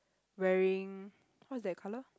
wearing what's that colour